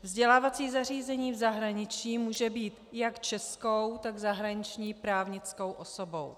Vzdělávací zařízení v zahraničí může být jak českou, tak zahraniční právnickou osobou.